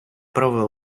право